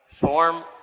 form